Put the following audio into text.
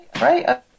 Right